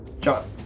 John